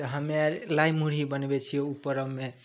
तऽ हमे आर लाइ मुरही बनबै छिए ओ परबमे